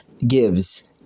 Gives